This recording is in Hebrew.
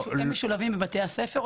הם משולבים בבתי הספר?